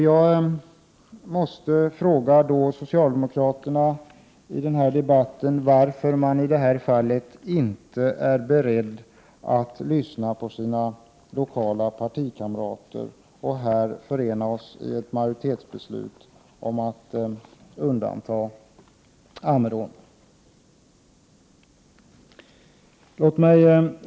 Jag måste fråga socialdemokraterna: Varför är man i det här fallet inte beredd att lyssna till de lokala partikamraterna och här förena sig med oss centerpartister i ett majoritetsbeslut om att undanta Ammerån? Herr talman!